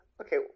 Okay